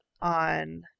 on